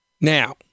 Now